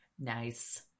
nice